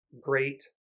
great